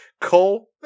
cole